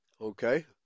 okay